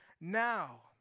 now